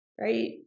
right